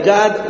God